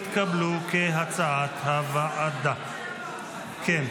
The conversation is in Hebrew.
כהצעת הוועדה, התקבלו.